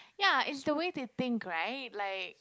ya it's the way they think right like